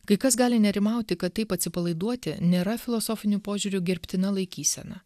kai kas gali nerimauti kad taip atsipalaiduoti nėra filosofiniu požiūriu gerbtina laikysena